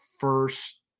First